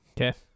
Okay